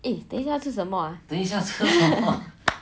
eh 等一下吃什么啊